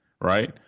right